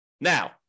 Now